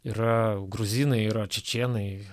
yra gruzinai yra čečėnai